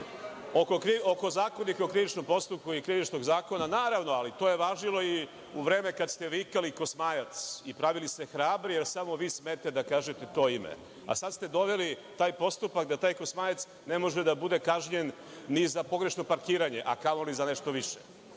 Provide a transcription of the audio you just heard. Zakonika o krivičnom postupku i Krivičnog zakona, naravno, to je važilo u vreme kada ste vikali – Kosmajac, i pravili se hrabri, a samo vi smete da kažete to ime, a sada ste doveli taj postupak da taj Kosmajac ne može da bude kažnjen ni za pogrešno parkiranje, a kamoli za nešto više. To